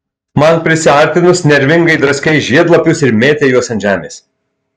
man prisiartinus nervingai draskei žiedlapius ir mėtei juos ant žemės